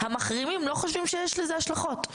המחרימים לא חושבים שיש לזה השלכות,